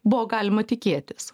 buvo galima tikėtis